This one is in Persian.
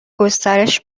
گسترش